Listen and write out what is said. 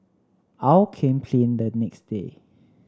aw came clean that next day